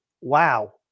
wow